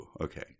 okay